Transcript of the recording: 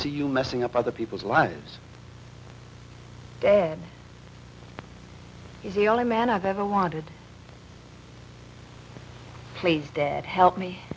see you messing up other people's lives dead is the only man i've ever wanted please dad help me